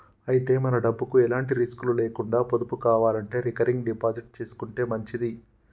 అయితే మన డబ్బుకు ఎలాంటి రిస్కులు లేకుండా పొదుపు కావాలంటే రికరింగ్ డిపాజిట్ చేసుకుంటే మంచిది